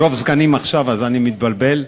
מרוב סגנים אני מתבלבל,